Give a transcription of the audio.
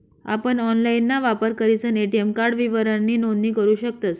आपण ऑनलाइनना वापर करीसन ए.टी.एम कार्ड विवरणनी नोंदणी करू शकतस